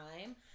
time